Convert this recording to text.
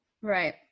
Right